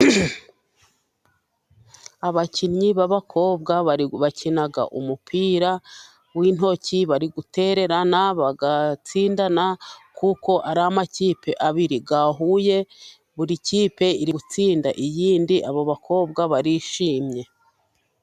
Abakinnyi b'abakobwa bakina umupira w'intoki， bari gutererana， bagatsindana， kuko ari amakipe abiri yahuye， buri kipe iri gutsinda iyindi. Abo bakobwa barishimye.